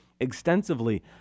extensively